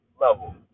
level